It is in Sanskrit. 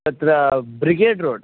तत्र ब्रिगेट् रोड्